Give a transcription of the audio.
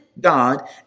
God